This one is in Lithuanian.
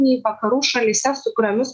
nei vakarų šalyse su kuriomis